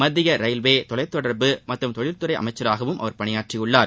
மத்தியில் ரயில்வே தொலைத்தொடர்பு மற்றும் தொழில் துறை அமைச்சராகவும் அவர் பணியாற்றியுள்ளார்